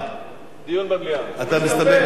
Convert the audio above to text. מסתפק בדברי השר.